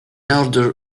order